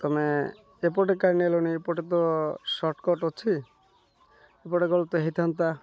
ତମେ ଏପଟେ କାହିଁ ନେଲଣିି ଏପଟେ ତ ସଟ୍କଟ୍ ଅଛି ଏପଟେ ଗଲେ ତ ହେଇଥାନ୍ତା